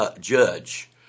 judge